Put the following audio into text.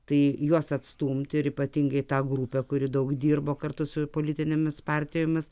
tai juos atstumti ir ypatingai tą grupę kuri daug dirbo kartu su politinėmis partijomis